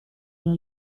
alla